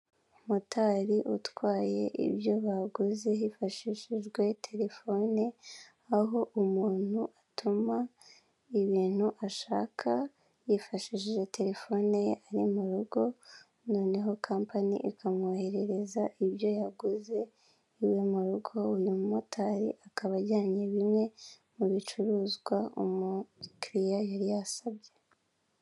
Motari utwaye ibyo baguze hifashishijwe telefone aho umuntu atuma ibintu ashaka yifashishije telefone ye ari mu rugo, noneho Kampani ikamwoherereza ibyo yaguze iwe mu rugo. Uyu mu motari akaba ajyanye bimwe mu bicuruzwa umukiya yari yasabye.